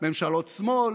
ממשלות שמאל,